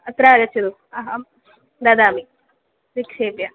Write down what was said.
अत्र आगच्छतु अहं ददामि निक्षिप्य